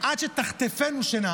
לדבר "עד שתחטפנו שינה",